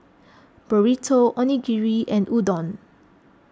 Burrito Onigiri and Udon